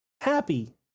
Happy